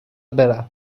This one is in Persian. برم